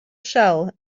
shell